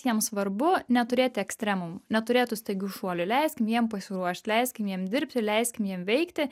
jiem svarbu neturėti ekstremumų neturėt tų staigių šuolių leiskim jiem pasiruošt leiskim jiem dirbti leiskim jiem veikti